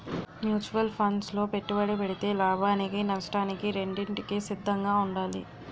mutual funds లో పెట్టుబడి పెడితే లాభానికి నష్టానికి రెండింటికి సిద్ధంగా ఉండాలి